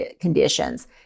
conditions